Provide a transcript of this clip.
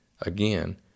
again